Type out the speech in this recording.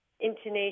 intonation